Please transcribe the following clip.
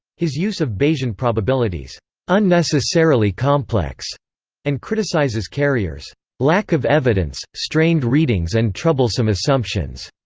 his use of bayesian probabilities unnecessarily complex and criticizes carrier's lack of evidence, strained readings and troublesome assumptions.